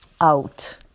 out